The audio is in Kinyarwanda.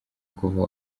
kuva